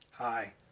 Hi